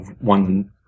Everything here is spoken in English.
one